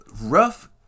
Rough